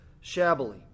shabbily